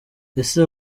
ese